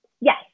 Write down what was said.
Yes